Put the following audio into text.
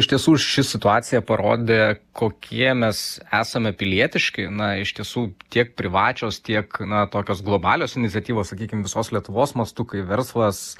iš tiesų ši situacija parodė kokie mes esame pilietiški na iš tiesų tiek privačios tiek na tokios globalios iniciatyvos sakykim visos lietuvos mastu kai verslas